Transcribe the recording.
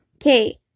Okay